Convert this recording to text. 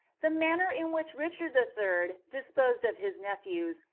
the manner in which richard the third disposed of his nephews,